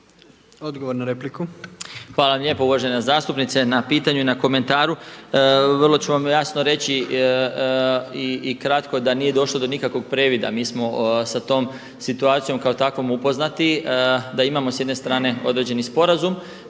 Odgovor na repliku. **Marić, Zdravko** Hvala lijepo. Uvažena zastupnice na pitanju i na komentaru. Vrlo ću vam jasno reći i kratko da nije došlo do nikakvog previda. Mi smo sa tom situacijom kao takvi upoznati da imamo s jedne strane određeni sporazum